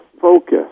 focus